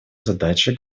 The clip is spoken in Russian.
задачей